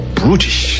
brutish